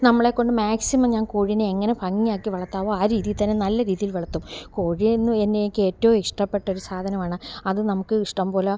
നമ്മളെ കൊണ്ട് മാക്സിമം ഞാൻ കോഴീനെ എങ്ങനെ ഭംഗിയാക്കി വളർത്താമോ ആ രീതിയിൽ തന്നെ നല്ല രീതിയിൽ വളർത്തും കോഴിയെ എന്നും എന്നേക്ക് ഏറ്റവും ഇഷ്ടപ്പെട്ടൊരു സാധനമാണ് അത് നമുക്ക് ഇഷ്ടം പോലെ